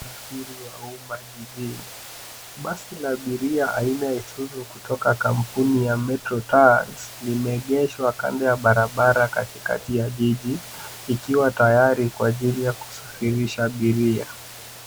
Usafiri wa umma jijini. Basi la abiria aina ya Isuzu kutoka kampuni ya metro trans limeegeshwa kando ya barabara katikati ya jiji ikiwa tayari kwa ajili ya kusafirisha abiria.